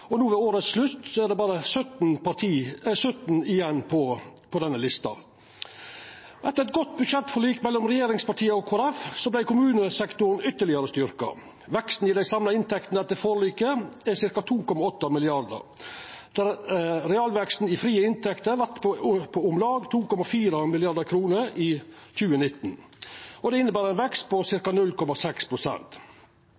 berre 17 igjen på denne lista. Etter eit godt budsjettforlik mellom regjeringspartia og Kristeleg Folkeparti vart kommunesektoren ytterlegare styrkt. Veksten i dei samla inntektene etter forliket er på ca. 2,8 mrd. kr, der realveksten i frie inntekter vert på om lag 2,4 mrd. kr i 2019. Det inneber ein vekst på